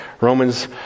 Romans